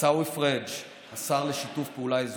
עיסאווי פריג' השר לשיתוף פעולה אזורי,